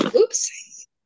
oops